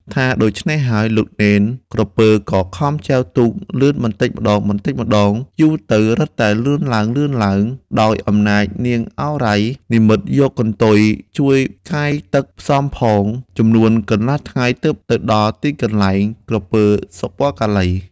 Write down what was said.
ថាដូច្នេះហើយ លោកនេនក្រពើក៏ខំចែវទូកលឿនបន្តិចម្តងៗ យូរទៅរឹតតែលឿនឡើងៗ ដោយអំណាចនាងឱរ៉ៃ និម្មិតយកកន្ទុយជួយកាយទឹកផ្សំផង ចំនួនកន្លះថ្ងៃទើបទៅដល់ទីកន្លែង ក្រពើ សុពណ៌កាឡី ។